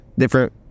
Different